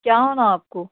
کیا ہونا آپ کو